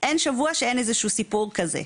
שאין שבוע שאין איזשהו סיפור כזה.